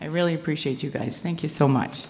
i really appreciate you guys thank you so much